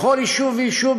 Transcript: בכל יישוב ויישוב,